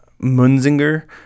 Munzinger